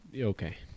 okay